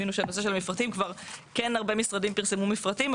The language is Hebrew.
הבינו שבנושא המפרטים כבר כן הרבה משרדים פרסמו מפרטים,